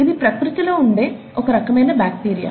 ఇది ప్రకృతిలో ఉండే ఒక రకమైన బాక్టీరియా